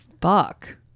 Fuck